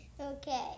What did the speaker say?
Okay